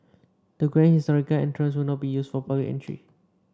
the grand historical entrances will not be used for public entry